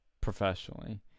professionally